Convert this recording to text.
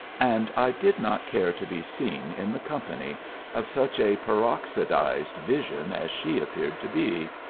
and i did not care to be seen in the company of such a peroxidized vision as she appeared to be.